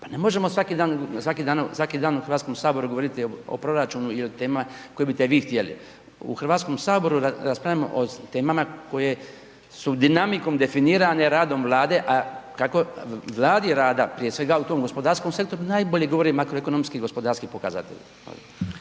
Pa ne možemo svaki dan u Hrvatskom saboru govoriti o proračunu i o temama koje biste vi htjeli. U Hrvatskom saboru raspravljamo o temama koje su dinamikom definirane, radom Vlade a kako radi Vlada prije svega u tom gospodarskom sektoru najbolje govore makroekonomski i gospodarski pokazatelji.